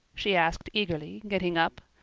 she asked eagerly, getting up.